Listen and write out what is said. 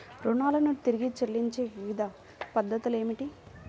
రుణాలను తిరిగి చెల్లించే వివిధ పద్ధతులు ఏమిటి?